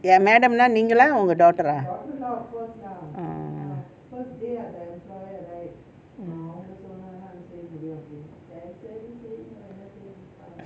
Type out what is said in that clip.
ya madam நீகெல்லாம்:neengella uh